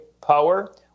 power